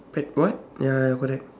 pet what ya ya correct